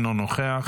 אינו נוכח,